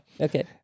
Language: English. Okay